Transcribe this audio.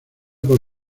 por